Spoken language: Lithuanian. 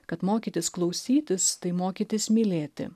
kad mokytis klausytis tai mokytis mylėti